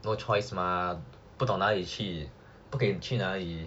no choice mah 不懂哪里去不可以去哪里